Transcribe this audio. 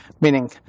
meaning